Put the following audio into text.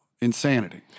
insanity